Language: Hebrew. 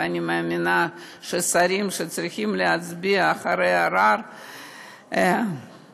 ואני מאמינה שהשרים שצריכים להצביע אחרי הערר יחשבו,